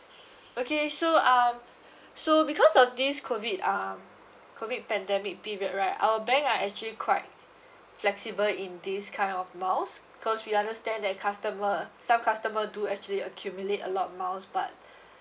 okay so um so because of this COVID um COVID pandemic period right our bank are actually quite flexible in this kind of miles cause we understand that customer some customer do actually accumulate a lot of miles but